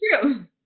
true